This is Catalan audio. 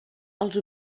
els